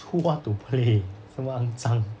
who want to play 怎么肮脏